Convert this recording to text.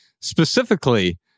specifically